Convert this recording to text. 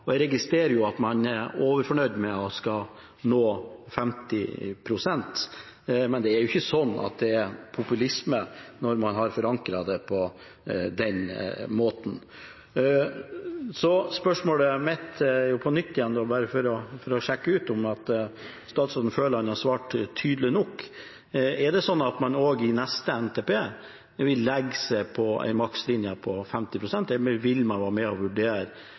og jeg registrerer at man er overfornøyd med å skulle nå 50 pst., men det er jo ikke slik at det er populisme når man har forankret det på den måten. Spørsmålet mitt blir på nytt – bare for å sjekke om statsråden føler at han har svart tydelig nok: Er det slik at man også i neste NTP vil legge seg på en makslinje på 50 pst., eller vil man være med på å vurdere